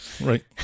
Right